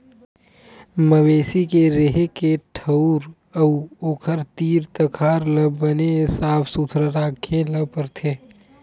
मवेशी के रेहे के ठउर अउ ओखर तीर तखार ल बने साफ सुथरा राखे ल परथे